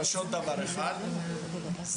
ויש עוד דבר אחד, זה